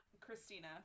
Christina